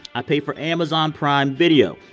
i pay for amazon prime video.